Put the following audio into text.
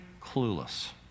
clueless